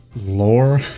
lore